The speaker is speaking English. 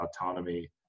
Autonomy